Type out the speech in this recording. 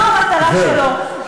זו המטרה שלו,